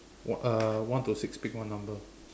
one uh one to six pick one number